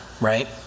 right